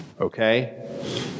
Okay